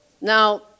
Now